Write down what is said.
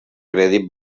crèdit